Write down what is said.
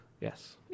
Yes